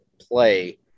play